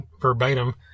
verbatim